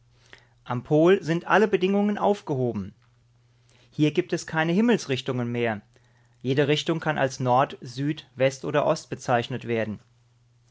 am pol sind alle bedingungen aufgehoben hier gibt es keine himmelsrichtungen mehr jede richtung kann als nord süd ost oder west bezeichnet werden